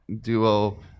duo